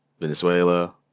Venezuela